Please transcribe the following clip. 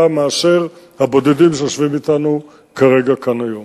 מאשר הבודדים שיושבים אתנו כרגע כאן היום.